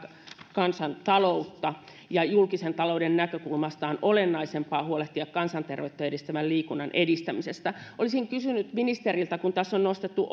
kansantaloutta ja julkisen talouden näkökulmasta on olennaisempaa huolehtia kansanterveyttä edistävän liikunnan edistämisestä olisin kysynyt ministeriltä tässä on nostettu